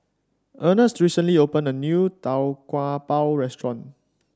Ernst recently opened a new Tau Kwa Pau restaurant